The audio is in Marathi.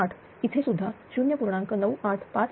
98578 इथेसुद्धा 0